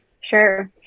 Sure